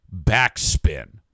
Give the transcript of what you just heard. backspin